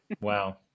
wow